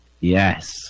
Yes